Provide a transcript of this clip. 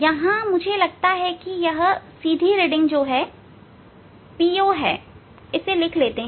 यहां मुझे लगता है कि सीधी रीडिंग PO है लिख लेते हैं